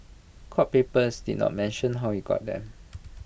court papers did not mention how he got them